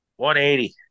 180